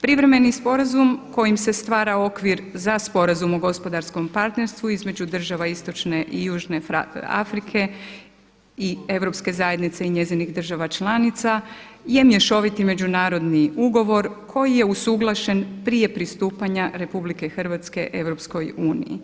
Privremeni sporazum kojim se stvara okvir za sporazum u gospodarskom partnerstvu između država istočne i južne Afrike i Europske zajednica i njezinih država članica je mješoviti međunarodni ugovor koji je usuglašen prije pristupanja RH EU.